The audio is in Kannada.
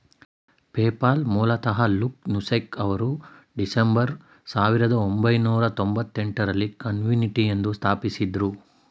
ಪೇಪಾಲ್ ಮೂಲತಃ ಲ್ಯೂಕ್ ನೂಸೆಕ್ ಅವರು ಡಿಸೆಂಬರ್ ಸಾವಿರದ ಒಂಬೈನೂರ ತೊಂಭತ್ತೆಂಟು ರಲ್ಲಿ ಕಾನ್ಫಿನಿಟಿ ಎಂದು ಸ್ಥಾಪಿಸಿದ್ದ್ರು